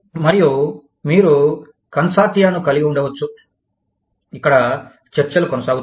మరియు మీరు కన్సార్టియాను కలిగి ఉండవచ్చు ఇక్కడ చర్చలు కొనసాగుతాయి